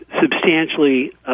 substantially